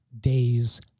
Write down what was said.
days